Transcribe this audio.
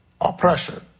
oppression